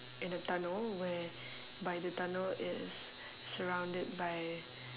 in a tunnel whereby the tunnel is surrounded by